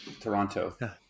toronto